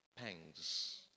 pangs